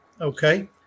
Okay